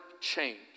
change